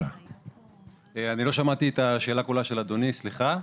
אני לא שמעתי את השאלה כולה של אדוני, סליחה.